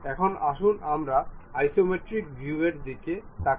এখন আসুন আমরা আইসোমেট্রিক ভিউ এর দিকে তাকাই